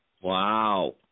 Wow